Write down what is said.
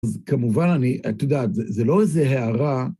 אז כמובן אני, את יודעת, זה לא איזה הערה.